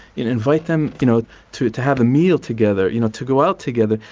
invite them you know to to have a meal together you know, to go out together.